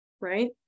right